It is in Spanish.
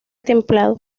templado